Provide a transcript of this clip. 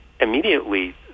immediately